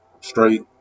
straight